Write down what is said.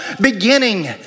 beginning